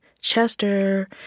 Chester